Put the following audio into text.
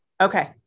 Okay